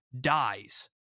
dies